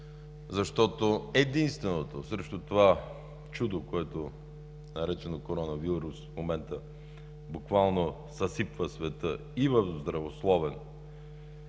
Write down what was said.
мерки, единствено срещу това чудо, наречено коронавирус. В момента буквално съсипва света и в здравословен,